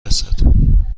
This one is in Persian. رسد